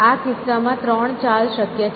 આ કિસ્સામાં ત્રણ ચાલ શક્ય છે